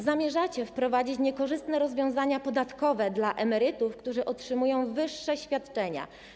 Zamierzacie wprowadzić niekorzystne rozwiązania podatkowe dla emerytów, którzy otrzymują wyższe świadczenia.